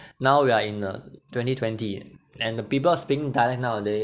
now we are in uh twenty twenty and the people are speaking dialect nowadays